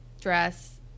dress